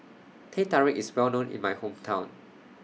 Teh Tarik IS Well known in My Hometown